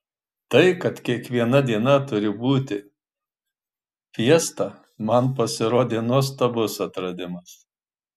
tai kad kiekviena diena turi būti fiesta man pasirodė nuostabus atradimas